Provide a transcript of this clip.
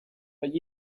but